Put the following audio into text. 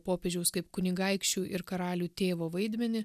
popiežiaus kaip kunigaikščių ir karalių tėvo vaidmenį